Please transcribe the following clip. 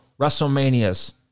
WrestleMania's